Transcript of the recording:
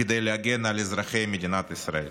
כדי להגן על אזרחי מדינת ישראל.